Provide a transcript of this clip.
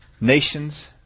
nations